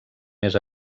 més